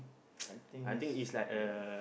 I think he's ya